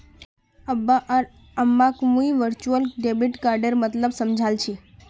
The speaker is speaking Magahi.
अब्बा आर अम्माक मुई वर्चुअल डेबिट कार्डेर मतलब समझाल छि